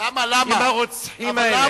עם הרוצחים האלה?